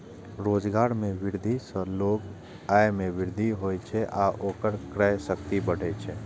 रोजगार मे वृद्धि सं लोगक आय मे वृद्धि होइ छै आ ओकर क्रय शक्ति बढ़ै छै